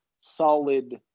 solid